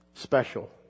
Special